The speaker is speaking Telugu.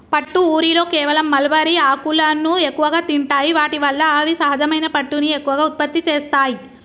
పట్టు ఊరిలో కేవలం మల్బరీ ఆకులను ఎక్కువగా తింటాయి వాటి వల్ల అవి సహజమైన పట్టుని ఎక్కువగా ఉత్పత్తి చేస్తాయి